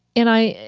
and i,